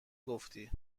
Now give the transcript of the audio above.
گفتی